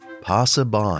Passerby